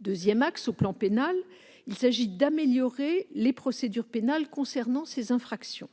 Le deuxième axe est d'améliorer les procédures pénales concernant ces infractions.